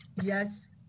Yes